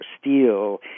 steel